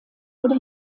oder